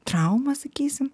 traumą sakysim